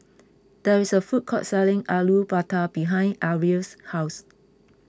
there is a food court selling Alu Batar behind Arielle's house